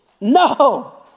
no